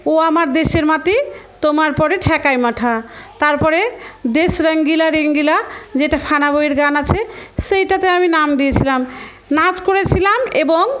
ও আমার দেশের মাটি তোমার পরে ঠেকাই মাথা তারপরে দেশ রাঙ্গিলা রেঙ্গিলা যেটা ফানা বইয়ের গান আছে সেইটাতে আমি নাম দিয়েছিলাম নাচ করেছিলাম এবং